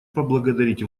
поблагодарить